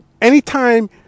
anytime